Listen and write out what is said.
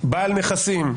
בעל נכסים,